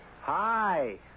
Hi